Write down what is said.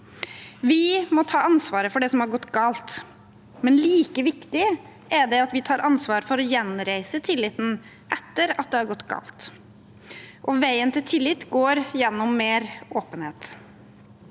Vi må ta ansvaret for det som har gått galt, men like viktig er det at vi tar ansvar for å gjenreise tilliten etter at det har gått galt, og veien til tillit går gjennom mer åpenhet.